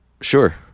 Sure